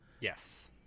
Yes